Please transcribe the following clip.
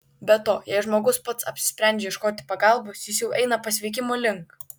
be to jei žmogus pats apsisprendžia ieškoti pagalbos jis jau eina pasveikimo link